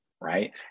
right